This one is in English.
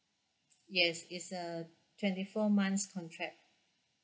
yes it's a twenty four months contract